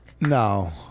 No